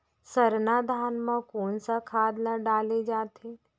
सरना धान म कोन सा खाद ला डाले जाथे?